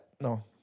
no